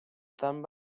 tant